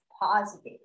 positive